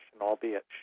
albeit